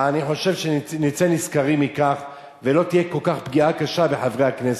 אני חושב שנצא נשכרים מכך ולא תהיה פגיעה כל כך קשה בחברי הכנסת,